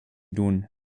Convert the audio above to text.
nun